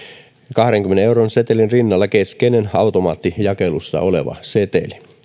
kahdenkymmenen euron setelin rinnalla keskeinen automaattijakelussa oleva seteli